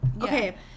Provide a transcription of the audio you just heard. Okay